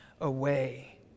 away